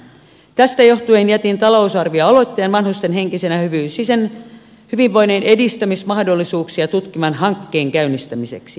tästä johtuen jätin talousarvioaloitteen vanhusten henkisen ja fyysisen hyvinvoinnin edistämismahdollisuuksia tutkivan hankkeen käynnistämiseksi